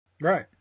Right